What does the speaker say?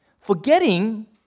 Forgetting